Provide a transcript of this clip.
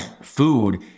food